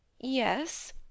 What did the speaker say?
Yes